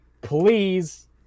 please